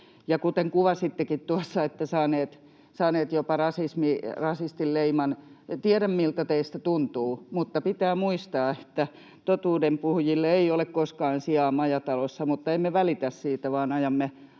kuten kuvasittekin tuossa, saanut jopa rasistin leiman. Tiedän, miltä teistä tuntuu. Mutta pitää muistaa, että totuudenpuhujille ei ole koskaan sijaa majatalossa, mutta emme välitä siitä vaan ajamme